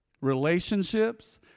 relationships